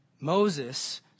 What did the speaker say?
Moses